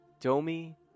Domi